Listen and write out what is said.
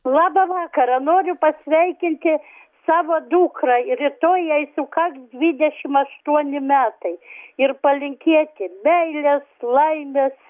labą vakarą noriu pasveikinti savo dukrą rytoj jai sukaks dvidešim aštuoni metai ir palinkėti meilės laimės